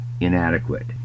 inadequate